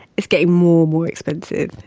it's getting more and more expensive.